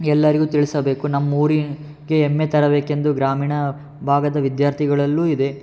ಎಲ್ಲರಿಗೂ ತಿಳಿಸಬೇಕು ನಮ್ಮ ಊರಿಗೆ ಎಮ್ಮೆ ತರಬೇಕೆಂದು ಗ್ರಾಮೀಣ ಭಾಗದ ವಿದ್ಯಾರ್ಥಿಗಳಲ್ಲೂ ಇದೆ